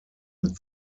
mit